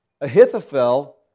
Ahithophel